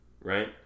right